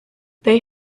they